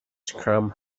scrum